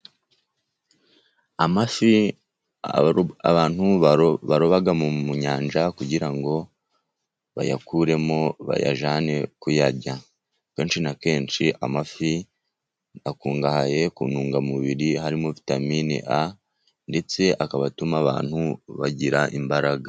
Amafi abantu baroba mu nyanja kugira ngo bayakuremo bayajyane kuyarya, kenshi na kenshi amafi akungahaye ku ntungamubiri harimo vitamin A ndetse akaba atuma abantu bagira imbaraga.